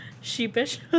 sheepish